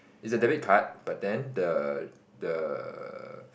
it's a debit card but then the the